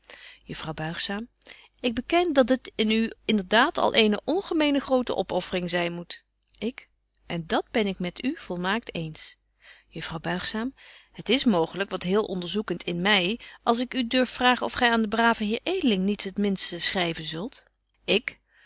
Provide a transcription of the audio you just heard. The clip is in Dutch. juffrouw buigzaam ik beken dat dit in u inderdaad al eene ongemene grote opöffering zyn moet ik en dat ben ik met u volmaakt eens juffrouw buigzaam het is mooglyk wat heel onderzoekent in my als ik u durf vragen of gy aan den braven heer edeling niets het minste schryven zult